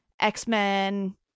X-Men